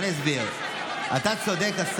אתה לומד, תדייק.